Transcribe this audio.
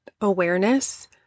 awareness